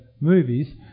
movies